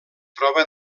troba